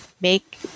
make